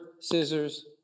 scissors